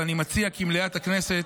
ואני מציע כי מליאת הכנסת,